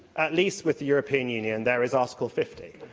at least with the european union, there is article fifty.